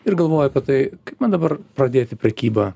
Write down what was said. ir galvojau apie tai kaip man dabar pradėti prekybą